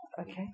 Okay